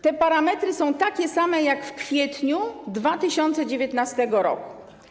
Te parametry są takie same jak w kwietniu 2019 r.